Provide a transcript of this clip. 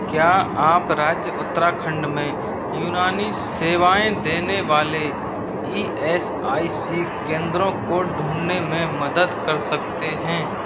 क्या आप राज्य उत्तराखंड में यूनानी सेवाएँ देने वाले ई एस आई सी केंद्रों को ढूँढने में मदद कर सकते हैं